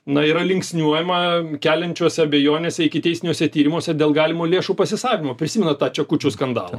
na yra linksniuojama keliančiose abejonėse ikiteisminiuose tyrimuose dėl galimo lėšų pasisavinimo prisimenat tą čekučių skandalą